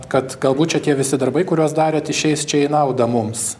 kad galbūt čia tie visi darbai kuriuos darėt išeis čia į naudą mums